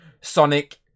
Sonic